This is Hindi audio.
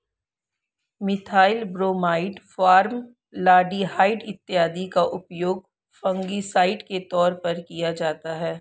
मिथाइल ब्रोमाइड, फॉर्मलडिहाइड इत्यादि का उपयोग फंगिसाइड के तौर पर किया जाता है